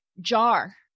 jar